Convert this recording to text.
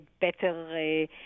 better